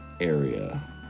area